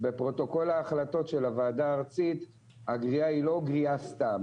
בפרוטוקול ההחלטות של הוועדה הארצית הגריעה היא לא גריעה סתם.